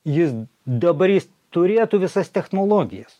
jis dabar jis turėtų visas technologijas